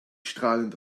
strahlend